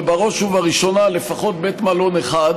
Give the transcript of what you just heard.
ובראש בראשונה לפחות בית מלון אחד,